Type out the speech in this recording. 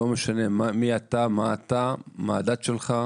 לא משנה מי אתה, מה אתה, מה הדת שלך,